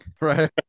Right